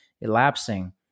elapsing